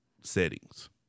settings